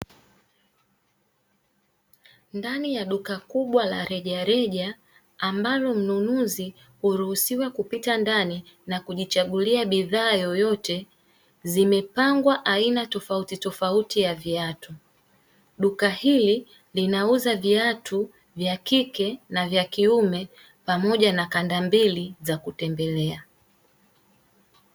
Ndani ya duka kubwa la rejareja, ambalo mnunuzi huruhusiwa kupita ndani na kujichagulia bidhaa yoyote, zimepangwa aina tofautitofauti ya viatu. Duka hili linauza viatu vya kike na vya kiume pamoja na kandambili za kutembelea.